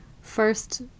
First